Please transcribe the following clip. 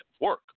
work